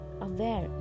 aware